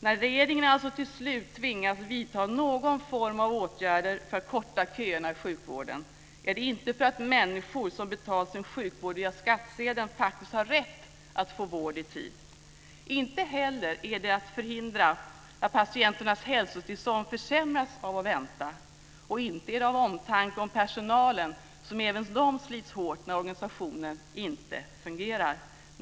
När regeringen alltså till slut tvingas att vidta någon form av åtgärder för att korta köerna i sjukvården är det inte för att människor som betalt sin sjukvård via skattsedeln har rätt att få vård i tid. Inte heller är det för att förhindra att patienternas hälsotillstånd försämras av att vänta. Och det är inte av omtanke om personalen, som även den slits hårt när organisationen inte fungerar.